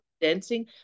dancing